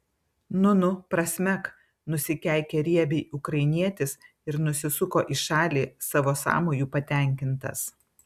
nu nu prasmek nusikeikė riebiai ukrainietis ir nusisuko į šalį savo sąmoju patenkintas